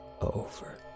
over